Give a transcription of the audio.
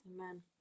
Amen